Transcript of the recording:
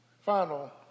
Final